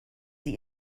sie